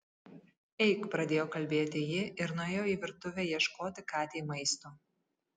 eik pradėjo kalbėti ji ir nuėjo į virtuvę ieškoti katei maisto